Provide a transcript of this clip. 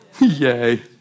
Yay